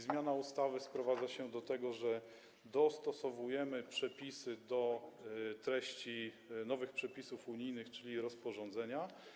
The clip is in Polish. Zmiana ustawy sprowadza się do tego, że dostosowujemy przepisy do treści nowych przepisów unijnych, czyli rozporządzenia.